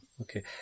okay